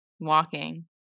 walking